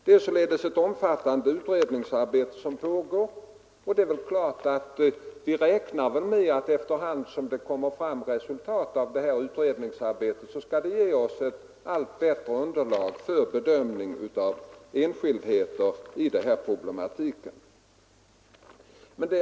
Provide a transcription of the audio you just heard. Det pågår alltså ett omfattande utredningsarbete, och vi räknar med att efter hand som resultaten av det arbetet presenteras skall vi få ett allt bättre underlag för bedömningen av enskildheterna i hela denna problematik.